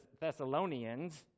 Thessalonians